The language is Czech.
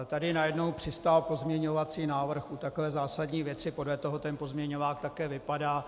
Tady najednou přistál pozměňovací návrh u takové zásadní věci, podle toho ten pozměňovák také vypadá.